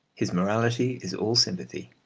his morality is all sympathy,